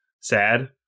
sad